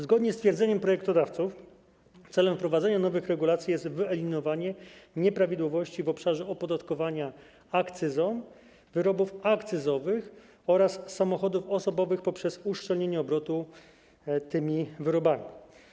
Zgodnie z twierdzeniem projektodawców celem wprowadzenia nowych regulacji jest wyeliminowanie nieprawidłowości w obszarze opodatkowania akcyzą wyrobów akcyzowych oraz samochodów osobowych poprzez uszczelnienie obrotu tymi wyrobami.